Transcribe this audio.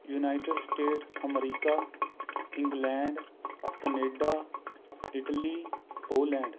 united state America England Canada Italy Poland